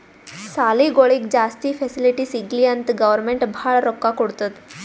ಸಾಲಿಗೊಳಿಗ್ ಜಾಸ್ತಿ ಫೆಸಿಲಿಟಿ ಸಿಗ್ಲಿ ಅಂತ್ ಗೌರ್ಮೆಂಟ್ ಭಾಳ ರೊಕ್ಕಾ ಕೊಡ್ತುದ್